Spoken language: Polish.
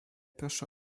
proszę